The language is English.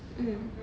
mm